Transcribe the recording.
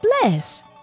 bless